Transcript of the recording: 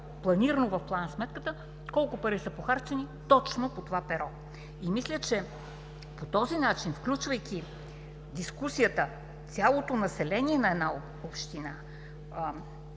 планирано в план-сметката, колко пари са похарчени точно по това перо. И мисля, че по този начин – включвайки в дискусията цялото население на една община,